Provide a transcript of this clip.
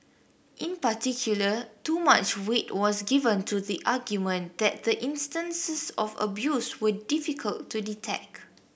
in particular too much weight was given to the argument that the instances of abuse were difficult to detect